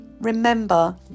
remember